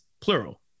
plural